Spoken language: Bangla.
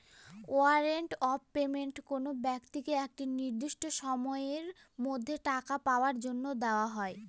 ওয়ারেন্ট অফ পেমেন্ট কোনো ব্যক্তিকে একটা নির্দিষ্ট সময়ের মধ্যে টাকা পাওয়ার জন্য দেওয়া হয়